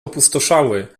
opustoszały